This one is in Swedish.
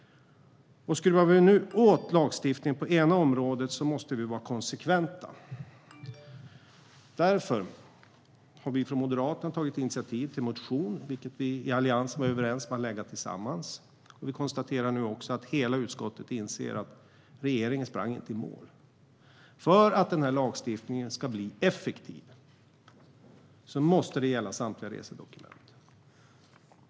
Om vi skruvar åt lagstiftningen på det ena området måste vi vara konsekventa. Därför har vi från Moderaterna tagit initiativ till en motion, vilken vi i Alliansen var överens om att väcka tillsammans. Vi konstaterar nu också att hela utskottet inser att regeringen inte sprang i mål. För att lagstiftningen ska bli effektiv måste den gälla samtliga resedokument.